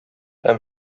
һәм